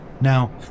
Now